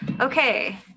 Okay